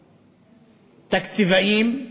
תקציבאים.